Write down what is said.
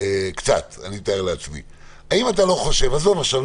עזוב עכשיו,